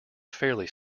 fairly